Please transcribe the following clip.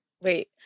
wait